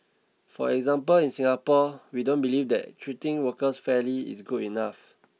for example in Singapore we don't believe that treating workers fairly is good enough